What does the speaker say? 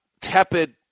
tepid